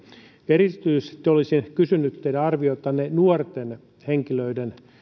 erityisesti olisin kysynyt teidän arviotanne nuorten henkilöiden